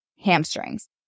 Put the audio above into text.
hamstrings